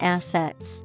Assets